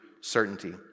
certainty